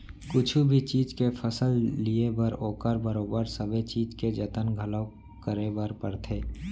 कुछु भी चीज के फसल लिये बर ओकर बरोबर सबे चीज के जतन घलौ करे बर परथे